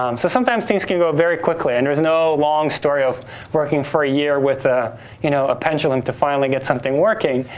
um so sometimes, things can go very quickly, and there's no long story of working for a year with ah you know a pendulum to finally get something working.